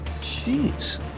Jeez